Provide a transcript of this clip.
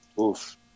Oof